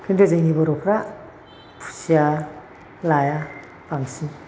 खिन्थु जोंनि बर'फ्रा फिसिया लाया बांसिन